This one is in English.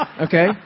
Okay